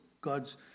God's